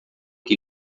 que